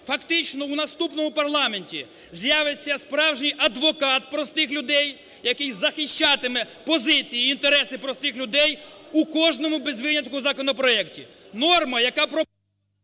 Фактично у наступному парламенті з'явиться справжній адвокат простих людей, який захищатиме позиції і інтереси простих людей у кожному, без винятку, законопроекті. Норма, яка… ГОЛОВУЮЧИЙ.